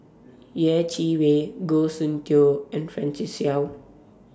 Yeh Chi Wei Goh Soon Tioe and Francis Seow